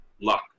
luck